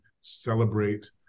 celebrate